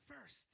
first